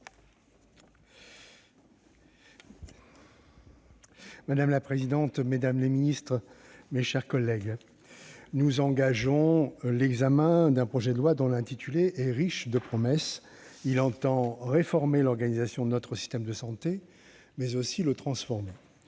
Madame la présidente, mesdames les ministres, mes chers collègues, nous engageons l'examen d'un projet de loi dont l'intitulé est riche de promesses : il entend réformer l'organisation de notre système de santé, mais aussi le transformer.